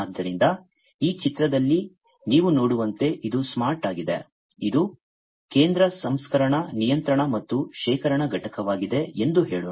ಆದ್ದರಿಂದ ಈ ಚಿತ್ರದಲ್ಲಿ ನೀವು ನೋಡುವಂತೆ ಇದು ಸ್ಮಾರ್ಟ್ ಆಗಿದೆ ಇದು ಕೇಂದ್ರ ಸಂಸ್ಕರಣಾ ನಿಯಂತ್ರಣ ಮತ್ತು ಶೇಖರಣಾ ಘಟಕವಾಗಿದೆ ಎಂದು ಹೇಳೋಣ